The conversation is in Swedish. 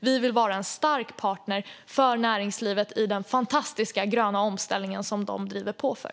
Vi vill vara en stark partner för näringslivet i den fantastiska gröna omställning som de driver på för.